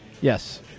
Yes